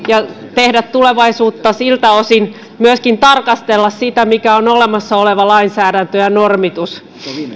tehdä tulevaisuutta siltä osin myöskin tarkastella sitä mikä on olemassa oleva lainsäädäntö ja normitus